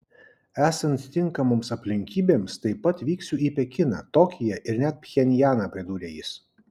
esant tinkamoms aplinkybėms taip pat vyksiu į pekiną tokiją ir net pchenjaną pridūrė jis